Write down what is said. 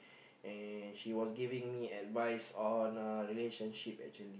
and she was giving me advice on relationship actually